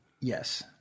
Yes